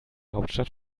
hauptstadt